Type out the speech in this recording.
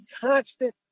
constant